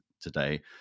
today